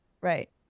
Right